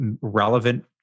relevant